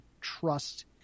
trust